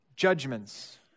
Judgments